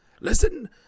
Listen